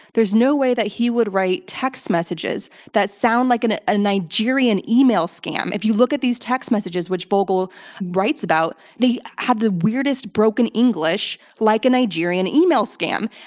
there is no way that he would write text messages that sound like and a nigerian email scam. if you look at these text messages which vogel writes about, they had the weirdest broken english like a nigerian email scam.